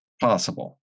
possible